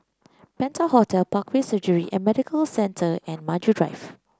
Penta Hotel Parkway Surgery and Medical Centre and Maju Drive